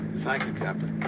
thank you, captain.